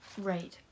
Right